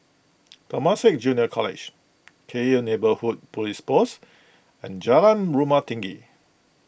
Temasek Junior College Cairnhill Neighbourhood Police Post and Jalan Rumah Tinggi